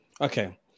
okay